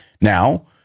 Now